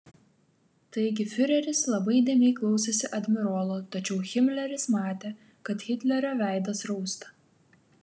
taigi fiureris labai įdėmiai klausėsi admirolo tačiau himleris matė kad hitlerio veidas rausta